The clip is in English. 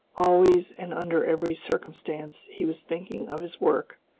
always and under every circumstance, he was thinking of his work,